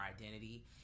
identity